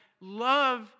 love